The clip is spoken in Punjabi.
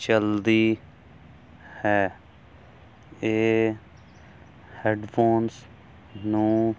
ਚੱਲਦੀ ਹੈ ਇਹ ਹੈਡਫੋਨਸ ਨੂੰ